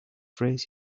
phrase